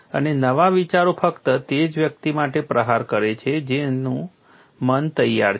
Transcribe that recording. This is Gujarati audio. અને નવા વિચારો ફક્ત તે જ વ્યક્તિ માટે પ્રહાર કરે છે જેનું મન તૈયાર છે